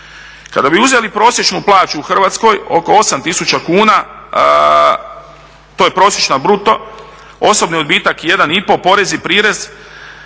Kada bi uzeli prosječnu plaću u Hrvatskoj oko 8 tisuća kuna to je prosječna bruto osobni odbitak 1,5, porez i prirez